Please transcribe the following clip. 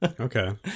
Okay